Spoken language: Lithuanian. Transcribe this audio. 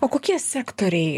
o kokie sektoriai